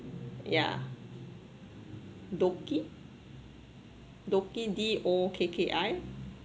yeah dokki dokki D_O_K_K_I